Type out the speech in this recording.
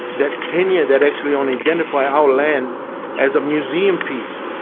that tenure, that actually only identifies our land as a museum piece,